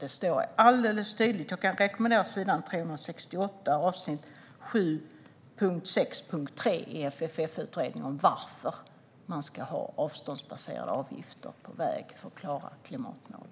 Det står tydligt på s. 368 avsnitt 7.6.3 i FFF-utredningen om varför man ska ha avståndsbaserade avgifter på väg för att klara klimatmålen.